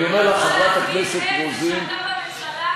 השר לוין,